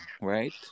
right